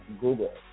Google